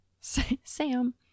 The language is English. Sam